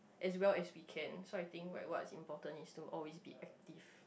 as well as we can so I think like what is important is to always be active